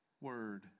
word